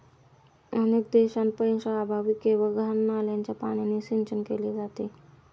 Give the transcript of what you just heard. अनेक देशांत पैशाअभावी केवळ घाण नाल्याच्या पाण्याने सिंचन केले जाते